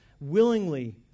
willingly